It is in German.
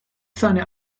seine